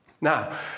Now